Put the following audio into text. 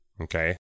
Okay